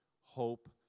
hope